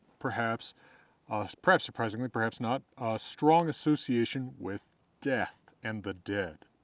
perhaps ah perhaps surprisingly, perhaps not strong association with death and the dead.